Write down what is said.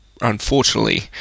Unfortunately